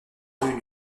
rue